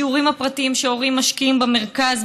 בשיעורים הפרטיים שהורים משקיעים בילדים במרכז,